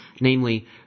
namely